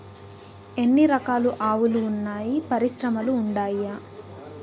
ఎన్ని రకాలు ఆవులు వున్నాయి పరిశ్రమలు ఉండాయా?